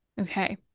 Okay